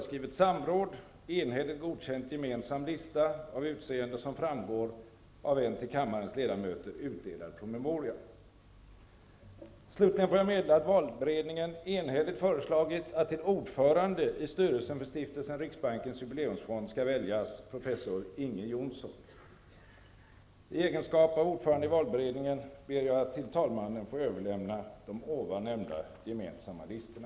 Slutligen får jag meddela att valberedningen enhälligt föreslagit att till ordförande i styrelsen för I egenskap av ordförande i valberedningen ber jag att till talmannen få överlämna de nämnda gemensamma listorna.